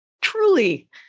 truly